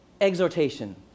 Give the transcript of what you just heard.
exhortation